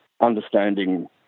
understanding